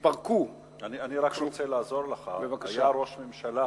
התפרקו, אני רק רוצה לעזור לך: היה ראש ממשלה